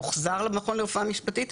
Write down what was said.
מוחזר למכון לרפואה משפטית,